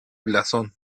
blasón